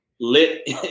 lit